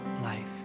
life